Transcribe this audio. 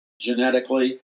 genetically